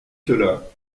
cela